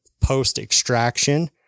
post-extraction